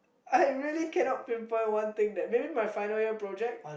I really cannot pin point one thing that maybe my final year project